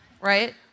Right